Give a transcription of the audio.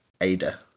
Ada